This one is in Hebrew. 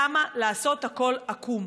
למה לעשות הכול עקום?